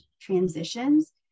transitions